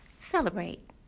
celebrate